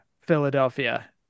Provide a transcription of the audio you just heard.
Philadelphia